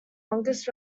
longest